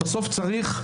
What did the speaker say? בסוף צריך,